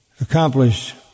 accomplish